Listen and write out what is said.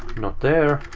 not there.